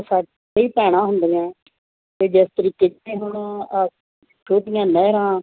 ਸਾਡੀਆਂ ਕਈ ਭੈਣਾਂ ਹੁੰਦੀਆਂ ਅਤੇ ਜਿਸ ਤਰੀਕੇ ਜਿਵੇਂ ਹੁਣ ਛੋਟੀਆਂ ਨਹਿਰਾਂ